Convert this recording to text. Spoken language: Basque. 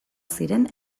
ziren